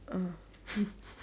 oh